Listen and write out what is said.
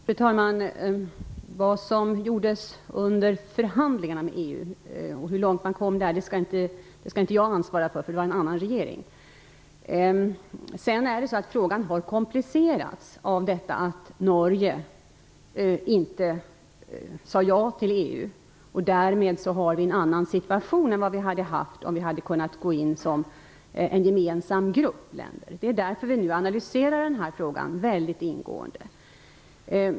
Fru talman! Vad som skedde och hur långt man kom under förhandlingarna med EU skall ju inte jag ansvara för, eftersom det då var en annan regering. Frågan har komplicerats av att Norge inte sade ja till EU. Därmed är situationen en annan än vad den hade varit om länderna hade kunnat gå med som en gemensam grupp. Det är därför som vi analyserar frågan väldigt ingående.